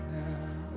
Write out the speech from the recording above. now